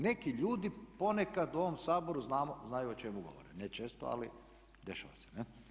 Neki ljudi ponekad u ovom Saboru znaju o čemu govore ne često, ali dešava se.